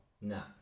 No